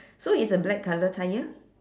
so it's a black colour tyre